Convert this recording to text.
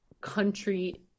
country